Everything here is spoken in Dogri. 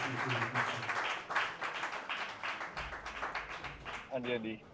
हंजी हंजी